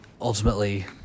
ultimately